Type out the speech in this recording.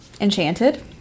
Enchanted